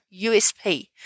USP